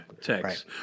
text